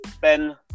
Ben